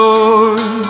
Lord